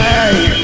Hey